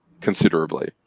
considerably